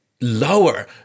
lower